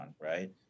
right